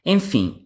Enfim